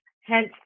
hence